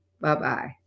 Bye-bye